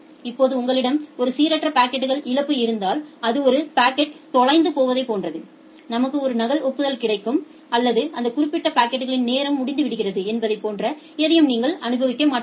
இப்போது உங்களிடம் ஒரு சீரற்ற பாக்கெட் இழப்பு இருந்தால் அது ஒரு பாக்கெட் தொலைந்து போவதைப் போன்றது நமக்கு ஒரு நகல் ஒப்புதல் கிடைக்கும் அல்லது அந்த குறிப்பிட்ட பாக்கெட்கள் நேரம் முடிந்துவிடுகிறது என்பது போன்ற எதையும் நீங்கள் அனுபவிக்க மாட்டீர்கள்